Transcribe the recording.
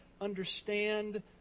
understand